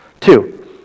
Two